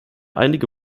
einige